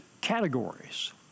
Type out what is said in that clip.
categories